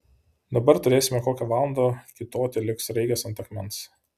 dabar turėsime kokią valandą kiūtoti lyg sraigės ant akmens